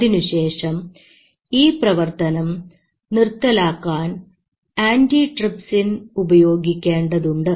അതിനുശേഷം ഈ പ്രവർത്തനം നിർത്തലാക്കാൻ ആൻറി ട്രിപ്സിൻ ഉപയോഗിക്കേണ്ടതുണ്ട്